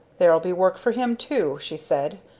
there'll be work for him, too, she said.